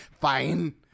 fine